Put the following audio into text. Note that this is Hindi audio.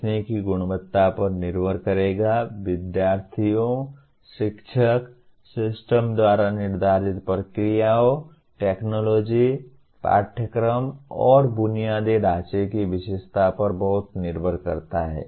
सीखने की गुणवत्ता पर निर्भर करेगा विद्यार्थियों शिक्षक सिस्टम द्वारा निर्धारित प्रक्रियाओं टेक्नोलॉजी पाठ्यक्रम और बुनियादी ढाँचे की विशेषता पर बहुत निर्भर करता है